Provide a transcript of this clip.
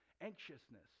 anxiousness